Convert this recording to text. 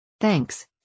Thanks